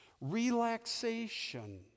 relaxation